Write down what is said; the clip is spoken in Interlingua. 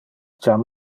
jam